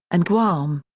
and guam.